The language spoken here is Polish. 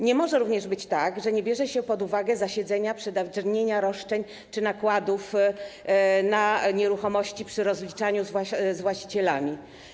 Nie może również być tak, że nie bierze się pod uwagę zasiedzenia, przedawnienia roszczeń czy nakładów na nieruchomości przy rozliczaniu z właścicielami.